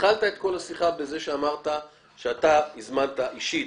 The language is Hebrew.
התחלת את כל השיחה בזה שאמרת שאתה הזמנת אישית